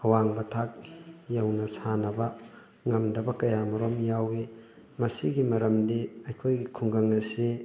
ꯑꯋꯥꯡꯕ ꯊꯥꯛ ꯌꯧꯅ ꯁꯥꯟꯅꯕ ꯉꯝꯗꯕ ꯀꯌꯥ ꯃꯔꯣꯝ ꯌꯥꯎꯋꯤ ꯃꯁꯤꯒꯤ ꯃꯔꯝꯗꯤ ꯑꯩꯈꯣꯏꯒꯤ ꯈꯨꯡꯒꯪ ꯑꯁꯤ